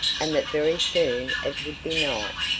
and that very soon it would be night.